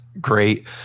great